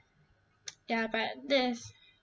ya but that's